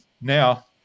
now